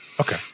okay